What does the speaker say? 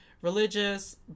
religious